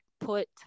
put